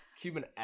Cuban